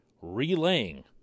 relaying